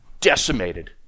Decimated